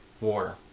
war